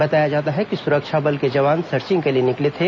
बताया जाता है कि सुरक्षा बल के जवान सर्चिंग के लिए निकले हुए थे